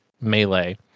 melee